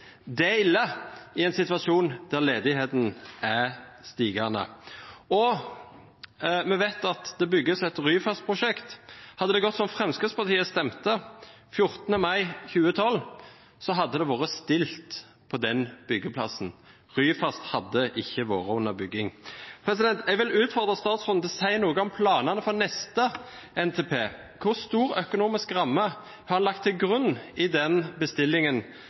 i en situasjon der ledigheten er stigende. Vi vet at det bygges et Ryfast-prosjekt. Hadde det gått som Fremskrittspartiet stemte den 12. juni 2012, hadde det vært stille på den byggeplassen. Ryfast hadde ikke vært under bygging. Jeg vil utfordre statsråden til å si noe om planene for neste NTP. Hvor stor økonomisk ramme har han lagt til grunn i den bestillingen